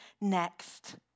next